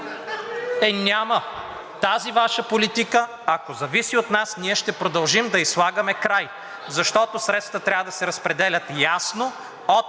Е, няма! Тази Ваша политика, ако зависи от нас, ние ще продължим да ѝ слагаме край, защото средствата трябва да се разпределят ясно от